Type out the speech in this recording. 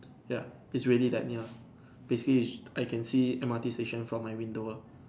ya it's really that near basically it's I can see M_R_T station from my window ah